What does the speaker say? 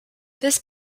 this